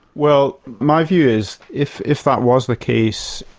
well my view is if if that was the case,